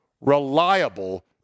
reliable